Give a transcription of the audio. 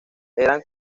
eran